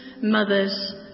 mothers